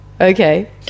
Okay